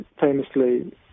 famously